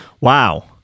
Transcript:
Wow